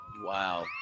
Wow